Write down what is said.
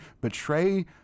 betray